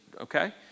Okay